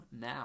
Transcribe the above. now